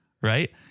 Right